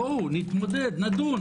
בואו נתמודד, נדון.